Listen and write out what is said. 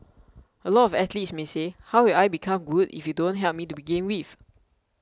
a lot of athletes may say how will I become good if you don't help me to begin with